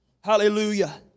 hallelujah